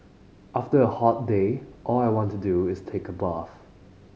after a hot day all I want to do is take a bath